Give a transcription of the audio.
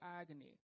agony